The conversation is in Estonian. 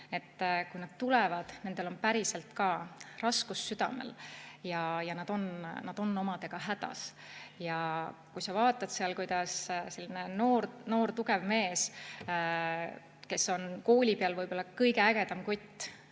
Kui nad tulevad, siis nendel on päriselt ka raskus südamel ja nad on omadega hädas. Kui sa vaatad seal, kuidas selline noor tugev mees, kes on kooli peal võib-olla kõige ägedam kutt,